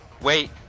Wait